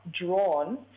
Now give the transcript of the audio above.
drawn